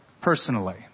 personally